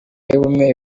y’ubumwe